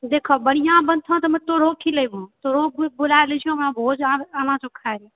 देखहो बढ़ियाॅं बनतो तऽ हम तोरो खिलयबो तोरो बोला लै छियो भोज छौ आना छौ खाए लए